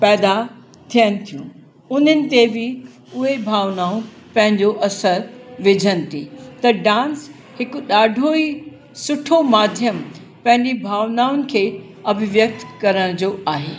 पैदा थियनि थियूं उन्हनि ते बि उहे भावनाऊं पंहिंजो असर विझनि थी त डांस हिकु ॾाढो ई सुठो माध्यम पंहिंजी भावनाउनि खे अभिव्यक्ति करण जो आहे